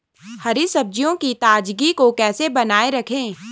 हरी सब्जियों की ताजगी को कैसे बनाये रखें?